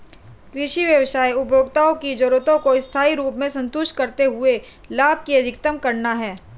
कृषि व्यवसाय उपभोक्ताओं की जरूरतों को स्थायी रूप से संतुष्ट करते हुए लाभ को अधिकतम करना है